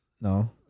No